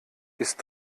ist